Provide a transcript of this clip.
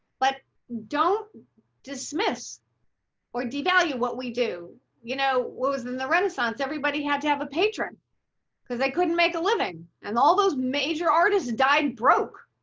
but don't dismiss or devalue what we do you know what was in the renaissance everybody had to have a patron because they couldn't make a living and all those major artists died broke